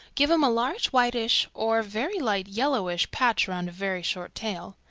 give him a large whitish or very light-yellowish patch around a very short tail.